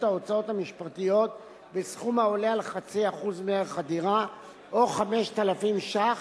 ההוצאות המשפטיות בסכום העולה על 0.5% מערך הדירה או 5,000 ש"ח,